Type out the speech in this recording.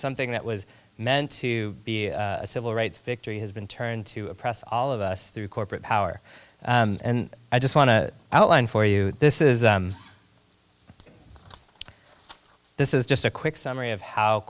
something that was meant to be a civil rights victory has been turned to oppress all of us through corporate power and i just want to outline for you this is this is just a quick summary of how